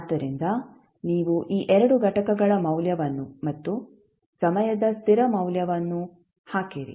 ಆದ್ದರಿಂದ ನೀವು ಈ 2 ಘಟಕಗಳ ಮೌಲ್ಯವನ್ನು ಮತ್ತು ಸಮಯದ ಸ್ಥಿರ ಮೌಲ್ಯವನ್ನು ಹಾಕಿರಿ